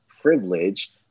Privilege